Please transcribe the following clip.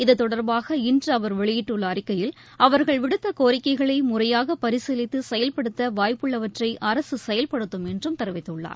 இது தொடர்பாக இன்று அவர் வெளியிட்டுள்ள அறிக்கையில் அவர்கள் விடுத்த கோரிக்கைகளை முறையாக பரிசீலித்து செயல்படுத்த வாய்ப்புள்ளவற்றை அரசு செயல்படுத்தும் என்றும் தெரிவித்துள்ளார்